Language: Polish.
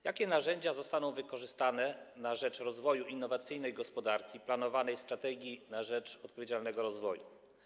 Jakie narzędzia zostaną wykorzystane na rzecz rozwoju innowacyjnej gospodarki w planowanej „Strategii na rzecz odpowiedzialnego rozwoju”